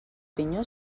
pinyó